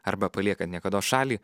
arba paliekant niekados šalį